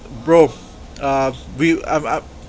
bro uh we I I